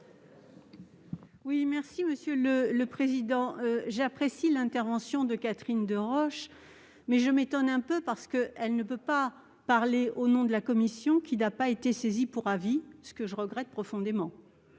Cohen, sur l'article. J'apprécie l'intervention de Catherine Deroche, mais je m'étonne quelque peu. Elle ne peut pas parler au nom de la commission, qui n'a pas été saisie pour avis, ce que je regrette profondément.